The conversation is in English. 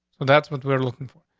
so that's what we're looking for.